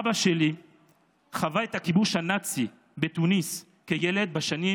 אבא שלי חווה את הכיבוש הנאצי בתוניס כילד בשנים